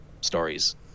stories